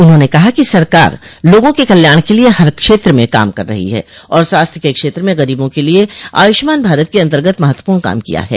उन्होंने कहा कि सरकार लोगों के कल्याण के लिए हर क्षेत्र में काम कर रही है और स्वास्थ्य के क्षेत्र में गरीबों के लिए आयुष्मान भारत के अन्तर्गत महत्वपूर्ण काम किया है